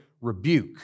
rebuke